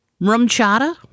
Rumchata